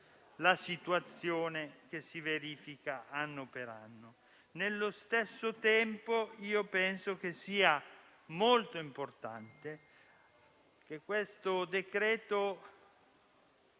la situazione che si verifica anno per anno. Allo stesso tempo penso sia molto importante che con il decreto-legge